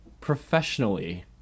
professionally